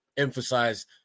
emphasize